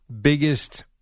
biggest